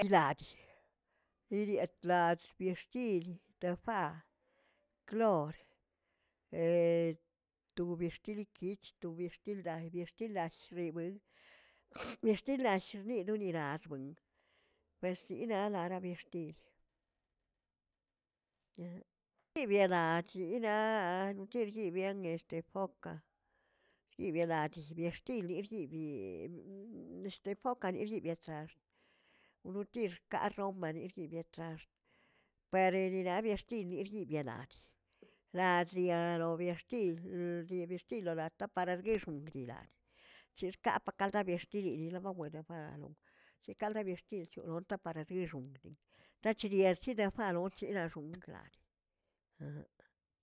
Laꞌch yiriabtlach biꞌ xchil tefa'b klor to bixtilkich to bixtildaꞌi bi xtilaꞌy xibueꞌl bi xtil lash xninoꞌni razweng ensinaꞌalara bixti yibierach chiꞌina'aa ̱c̱hibyengue este foca, chibiernal dii biextili yixyibyii exte foca nixi biet axt, wtir rkaꞌ romani yiyibeꞌ tra'xt parerina bixtil nibxibyaanch radziya robiaxtil dii bi xtil lora tapaꞌrarexguing dii lach, che xkapaꞌkalda bixtididi mbawawe debal law' che xkalde bixtilcho ronta pare bixoꞌn tacherierchi defalou chenaxongꞌaa.